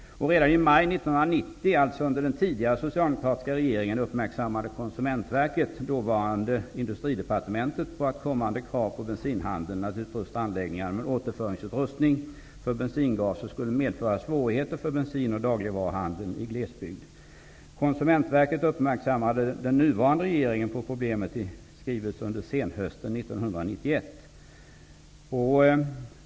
Redan i maj 1990 -- alltså under den tidigare socialdemokratiska regeringen -- uppmärksammade Konsumentverket dåvarande Industridepartementet på att kommande krav på bensinhandeln att utrusta anläggningar med återföringsutrustning för bensingaser skulle medföra svårigheter för bensin och dagligvaruhandeln i glesbygd. Konsumentverket uppmärksammade den nuvarande regeringen på problemet i skrivelse senhösten 1991.